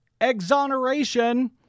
exoneration